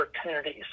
opportunities